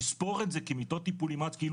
ולספור את זה כמיטות טיפול נמרץ כאילו